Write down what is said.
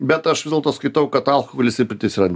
bet aš vis dėlto skaitau kad alkoholis ir pirtis yra